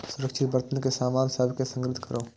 सुरक्षित बर्तन मे सामान सभ कें संग्रहीत करू